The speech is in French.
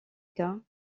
cas